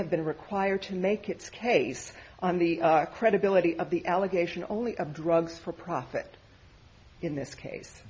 have been required to make its case on the credibility of the allegation only of drugs for profit in this case